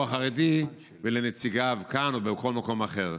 החרדי ולנציגיו כאן או בכל מקום אחר.